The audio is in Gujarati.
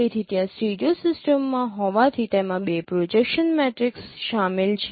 તેથી ત્યાં સ્ટીરિયો સિસ્ટમમાં હોવાથી તેમાં બે પ્રોજેક્શન મેટ્રિક્સ શામેલ છે